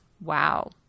wow